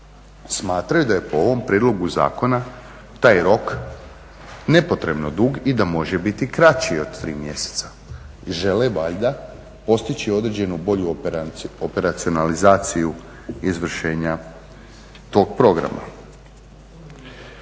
smatraju da je po ovom prijedlogu zakona taj rok nepotrebno dug i da može biti kraći od 3 mjeseca. Žele valjda postići određenu bolju operacionalizaciju izvršenja tog programa.